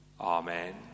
Amen